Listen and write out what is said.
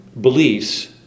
beliefs